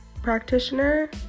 practitioner